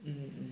mm